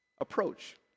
approach